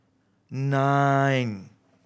nine